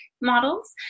models